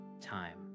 time